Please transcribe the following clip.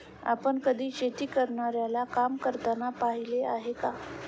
आपण कधी शेती करणाऱ्याला काम करताना पाहिले आहे का?